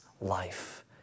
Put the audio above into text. life